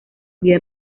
bien